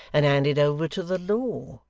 and handed over to the law,